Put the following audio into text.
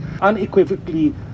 unequivocally